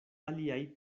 aliaj